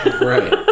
Right